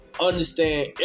understand